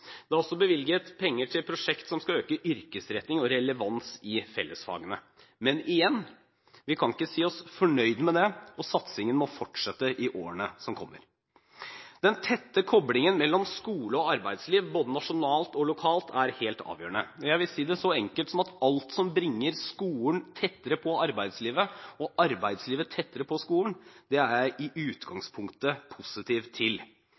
Det er også bevilget penger til et prosjekt som skal øke yrkesretting og relevans i fellesfagene. Men igjen: Vi kan ikke si oss fornøyd med det, og satsingen må fortsette i årene som kommer. Den tette koblingen mellom skole og arbeidsliv både nasjonalt og lokalt er helt avgjørende. Jeg vil si det så enkelt som at alt som bringer skolen tettere på arbeidslivet og arbeidslivet tettere på skolen, er jeg i utgangspunktet positiv til.